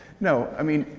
no, i mean,